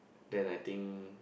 then I think